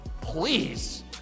Please